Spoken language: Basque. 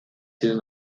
ziren